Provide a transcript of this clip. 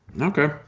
okay